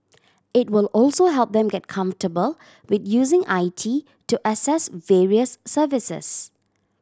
it will also help them get comfortable with using I T to access various services